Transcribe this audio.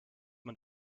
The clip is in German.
man